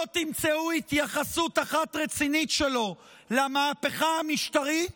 לא תמצאו התייחסות רצינית אחת שלו למהפכה המשטרית